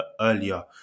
earlier